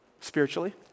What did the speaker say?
spiritually